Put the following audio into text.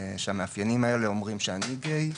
שהמאפיינים האלה אומרים שאני גיי,